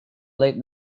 late